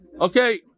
Okay